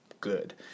good